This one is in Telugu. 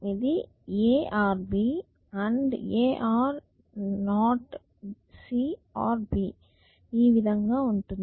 ఇది n a v c v b ఈ విధంగా ఉంటుంది